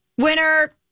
Winner